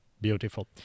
Beautiful